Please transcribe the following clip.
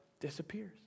disappears